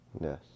Yes